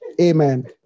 Amen